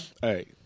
Hey